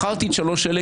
בחרתי את בשלוש באלה,